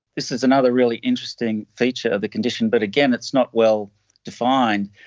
this is another really interesting feature of the condition but, again, it's not well defined.